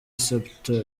supt